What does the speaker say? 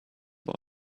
boy